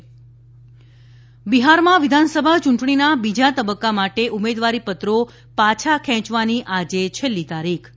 બેહાર બિહારમાં વિધાનસભા યૂંટણીના બીજા તબક્કા માટે ઉમેદવારી પત્રો પાછા ખેંચવાની આજે છેલ્લી તારીખ છે